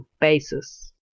basis